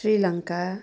Sri Lanka